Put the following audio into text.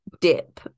dip